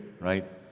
right